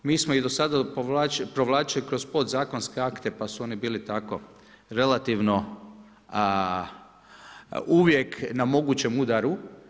Mi smo ih do sada provlačili kroz podzakonske akte pa su oni bili tako relativno uvijek na mogućem udaru.